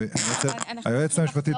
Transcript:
היועצת המשפטית,